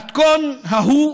המתכון ההוא